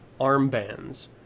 armbands